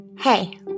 Hey